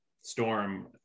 storm